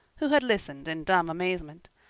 who had listened in dumb amazement.